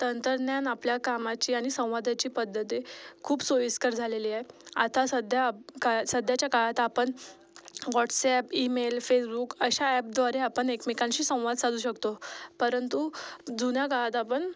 तंत्रज्ञान आपल्या कामाची आणि संवादाची पद्धती खूप सोईस्कर झालेली आहे आता सध्या का सध्याच्या काळात आपण वॉट्सॲप ईमेल फेसबुक अशा ॲपद्वारे आपण एकमेकांशी संवाद साधू शकतो परंतु जुन्या काळात आपण